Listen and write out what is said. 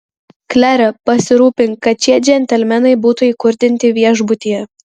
klere pasirūpink kad šie džentelmenai būtų įkurdinti viešbutyje